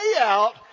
out